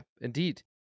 indeed